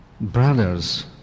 brothers